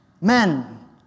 Men